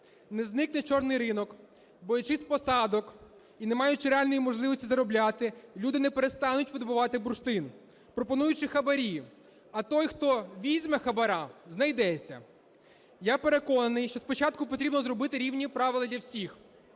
Не зникне чорний ринок. Боячись посадок і не маючи реальної можливості заробляти, люди не перестануть видобувати бурштин, пропонуючи хабарі. А той, хто візьме хабара, знайдеться. Я переконаний, що спочатку потрібно зробити рівні правила для всіх,